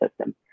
system